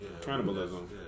cannibalism